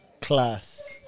class